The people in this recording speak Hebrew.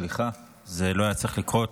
סליחה, זה לא היה צריך לקרות,